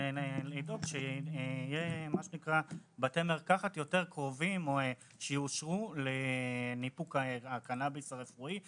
לדאוג שיהיו בתי מרקחת יותר קרובים שיאושרו לניפוק הקנאביס הרפואי,